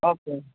okay